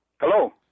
Hello